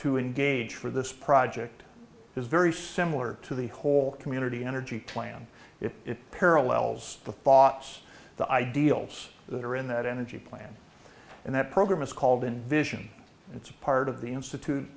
to engage for this project is very similar to the whole community energy plan if it parallels the thoughts the ideals that are in that energy plan and that program is called in vision and it's a part of the institute